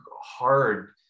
hard